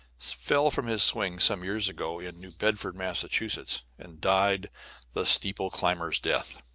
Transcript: fell from his swing some years ago in new bedford, massachusetts, and died the steeple-climber's death.